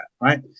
right